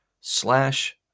slash